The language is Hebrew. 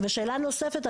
שאלה נוספת.